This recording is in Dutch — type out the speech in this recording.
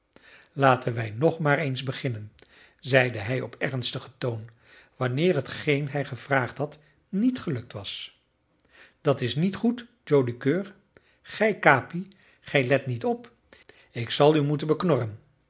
laten wij nog maar eens beginnen zeide hij op ernstigen toon wanneer hetgeen hij gevraagd had niet gelukt was dat is niet goed joli coeur gij capi gij let niet op ik zal u moeten